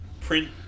print